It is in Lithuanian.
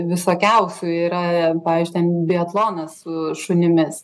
visokiausių yra ten pavyzdžiui ten biatlonas su šunimis